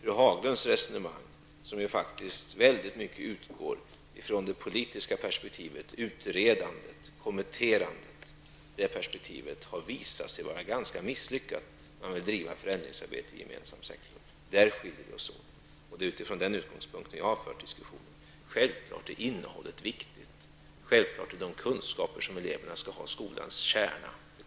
Fru Haglunds resonemang, som i mycket utgår från det politiska perspektivet, utredandet, kommitterandet, har visat sig vara ganska misslyckat när man vill driva förändringsarbete i gemensam sektor. Där skiljer vi oss åt, och det är från den utgångspunkten som jag har fört diskussionen. Självfallet är innehållet viktigt, och vi kommer aldrig ifrån att de kunskaper eleverna skall ha är skolans kärna.